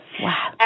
Wow